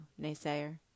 naysayer